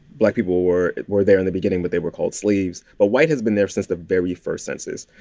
black people were were there in the beginning, but they were called slaves. but white has been there since the very first census.